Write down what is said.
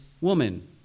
woman